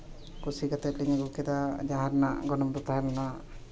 ᱠᱩᱥᱤ ᱠᱟᱛᱮᱫ ᱞᱤᱧ ᱟᱹᱜᱩ ᱠᱮᱫᱟ ᱡᱟᱦᱟᱸ ᱨᱮᱱᱟᱜ ᱜᱚᱱᱚᱝ ᱫᱚ ᱛᱟᱦᱮᱸ ᱞᱮᱱᱟ